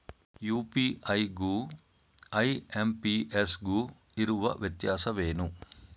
UPI ಗು IMPS ಗು ಇರುವ ವ್ಯತ್ಯಾಸವೇನು?